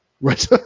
Right